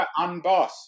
Unboss